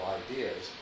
ideas